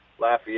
Lafayette